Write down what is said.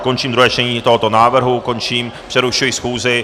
Končím druhé čtení i tohoto návrhu, přerušuji schůzi.